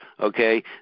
okay